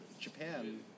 Japan